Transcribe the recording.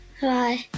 Bye